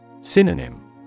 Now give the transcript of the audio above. Synonym